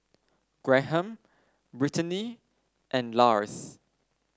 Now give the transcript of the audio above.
Graham Brittaney and Lars